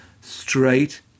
straight